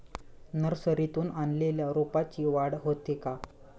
नर्सरीतून आणलेल्या रोपाची वाढ होते का?